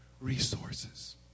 resources